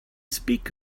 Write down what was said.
speak